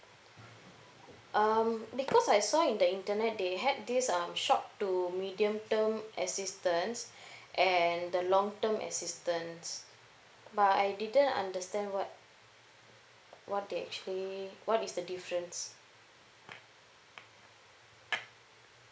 um because I saw in the internet they had this um short to medium term assistance and the long term assistance but I didn't understand what what they actually what is the difference